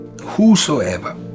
Whosoever